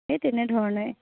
সেই তেনে ধৰণৰে